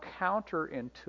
counterintuitive